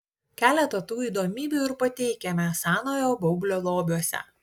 keletą tų įdomybių ir pateikiame senojo baublio lobiuose